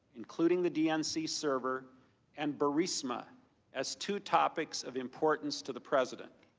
including the dnc server and burisma as to topics of importance to the president.